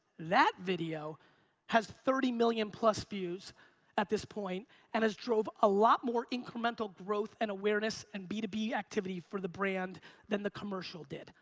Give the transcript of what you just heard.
that video has thirty million plus views at this point and has drove a lot more incremental growth and awareness and b two b activity for the brand than the commercial did.